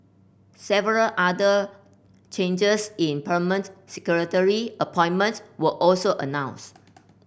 several other changes in permanent secretary appointments were also announced